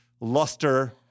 luster